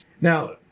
Now